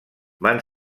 van